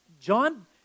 John